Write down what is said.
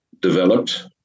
developed